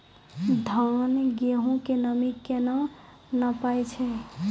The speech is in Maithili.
धान, गेहूँ के नमी केना नापै छै?